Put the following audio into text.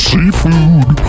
Seafood